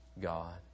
God